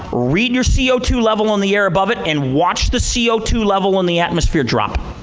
read your c o two level on the air above it and watch the c o two level in the atmosphere drop.